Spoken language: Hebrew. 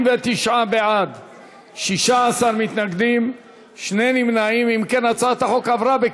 סינון אתרי הימורים ותכנים המציגים דברי תועבה באינטרנט),